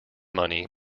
money